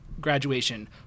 graduation